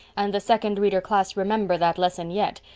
and the second reader class remember that lesson yet,